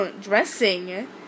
dressing